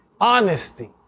honesty